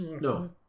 No